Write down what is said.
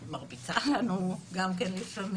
היא מרביצה לנו לפעמים,